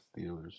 Steelers